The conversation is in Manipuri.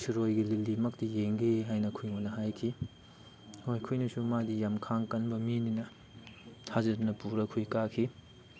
ꯁꯤꯔꯣꯏꯒꯤ ꯂꯤꯂꯤ ꯃꯛꯇꯤ ꯌꯦꯡꯒꯦ ꯍꯥꯏꯅ ꯑꯩꯈꯣꯏꯉꯣꯟꯗ ꯍꯥꯏꯈꯤ ꯍꯣꯏ ꯑꯩꯈꯣꯏꯅꯁꯨ ꯃꯥꯗꯤ ꯌꯥꯝ ꯈꯥꯡ ꯀꯟꯕ ꯃꯤꯅꯤꯅ ꯊꯥꯖꯗꯨꯅ ꯄꯨꯔ ꯑꯩꯈꯣꯏ ꯀꯥꯈꯤ